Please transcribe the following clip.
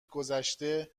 گذشته